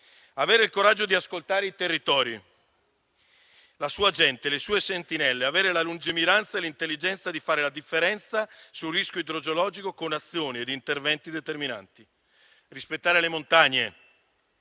Avere il coraggio di ascoltare i territori, la sua gente, le sue sentinelle; avere la lungimiranza e l'intelligenza di fare la differenza sul rischio idrogeologico, con azioni ed interventi determinanti. Rispettare le montagne,